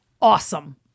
awesome